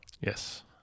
Yes